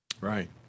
Right